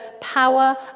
power